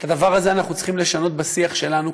את הדבר הזה אנחנו צריכים לשנות בשיח שלנו,